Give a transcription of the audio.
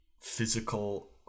physical